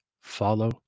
follow